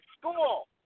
school